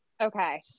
Okay